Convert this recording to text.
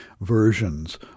versions